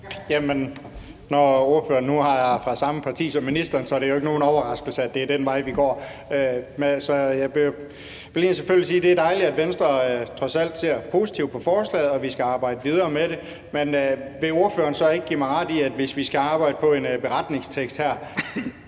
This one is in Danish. Når ordføreren nu er fra samme parti som ministeren, er det jo ikke nogen overraskelse, at det er den vej, vi går. Altså, jeg vil selvfølgelig sige, at det er dejligt, at Venstre trods alt ser positivt på forslaget og synes, at vi skal arbejde videre med det. Men vil ordføreren så ikke give mig ret i, at hvis vi skal arbejde på en beretningstekst her,